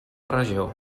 regió